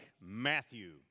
Matthew